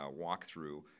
walkthrough